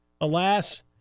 Alas